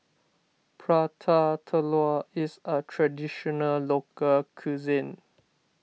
Prata Telur is a Traditional Local Cuisine